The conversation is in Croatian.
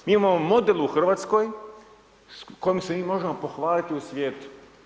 Mi imamo model u Hrvatskoj s kojim se mi možemo pohvaliti u svijetu.